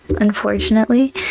unfortunately